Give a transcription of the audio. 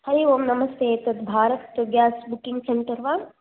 हरि ओम् नमस्ते एतद् Bharat gas booking centre वा